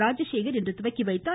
ராஜசேகா் இன்று துவக்கி வைத்தார்